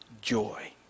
joy